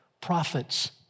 Prophets